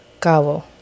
Cabo